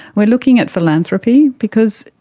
we are looking at philanthropy because,